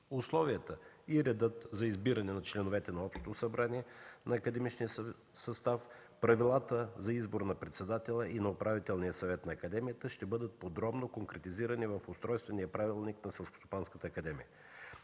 Условията и редът за избиране на членовете на Общото събрание на академичния състав, правилата за избор на председателя и на Управителния съвет на Академията ще бъдат подробно конкретизирани в Устройствения правилник на Селскостопанската академия.